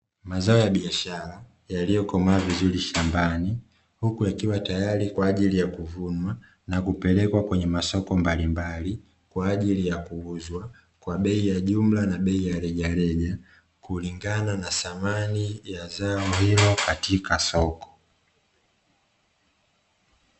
Mazao ya biashara yaliyokomaa vizuri shambani, huku yakiwa tayari kwa ajili ya kuvunwa na kupelekwa kwenye masoko mbalimbali, kwa ajili ya kuuzwa kwa bei ya jumla na bei ya rejareja, kulingana na thamani ya zao hilo katika soko.